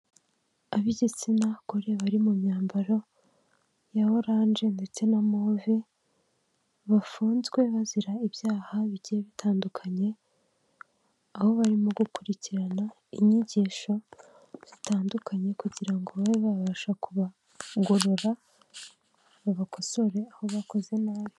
Ab'igitsina gore bari mu myambaro ya oranje ndetse na move, bafunzwe bazira ibyaha bigiye bitandukanye, aho barimo gukurikirana inyigisho zitandukanye kugirango babe babasha kubagorora, babe babakosora aho bakoze nabi.